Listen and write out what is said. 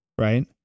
right